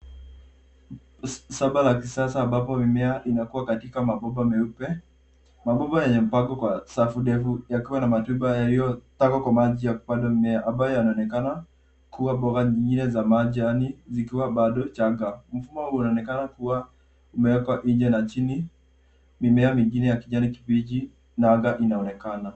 Shamba la kisasa ambapo mimea inakua katika mabomba meupe. Mabomba yamepangwa kwa safu ndefu yakiwa na majumba yaliyotengwa kwa maji ya kupandwa mimea ambayo yanaonekana kuwa mboga nyingine za majani zikiwa bado changa. Mfumo huu unaonekana kuwa umewekwa nje na chini mimea mingine ya kijani kibichi na anga inaonekana.